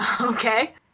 Okay